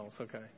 okay